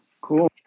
cool